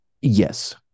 Yes